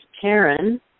karen